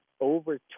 over